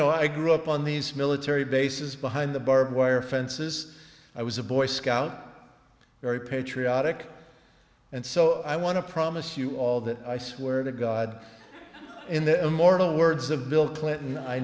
know i grew up on these military bases behind the barbed wire fences i was a boy scout very patriotic and so i want to promise you all that i swear to god in the immortal words of bill clinton i